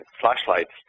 flashlights